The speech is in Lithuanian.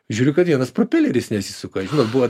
žiūriu kad vienas propeleris nesisuka buvo